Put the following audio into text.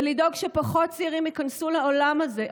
לדאוג שפחות צעירים ייכנסו לעולם הזה,